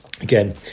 again